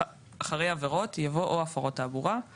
אחרי "עבירות" יבוא "או הפרות תעבורה";